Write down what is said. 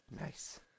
Nice